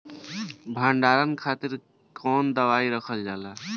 भंडारन के खातीर कौन दवाई रखल जाला?